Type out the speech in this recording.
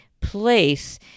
place